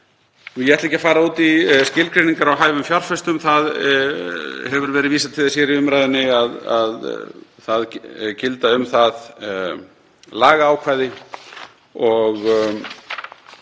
Ég ætla ekki að fara út í skilgreiningar á hæfum fjárfestum. Það hefur verið vísað til þess hér í umræðunni að um það gilda lagaákvæði og